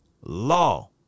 Law